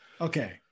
Okay